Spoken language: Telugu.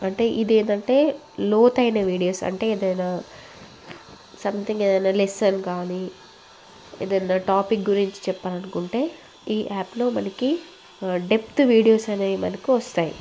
అంటే ఇది ఏంటంటే లోతైన వీడియోస్ అంటే ఏదైనా సంథింగ్ ఏదైనా లెసన్ కానీ ఏదైనా టాపిక్ గురించి చెప్పాలనుకుంటే ఈ యాప్లో మనకు డెప్త్ వీడియోస్ అనేవి మనకు వస్తాయి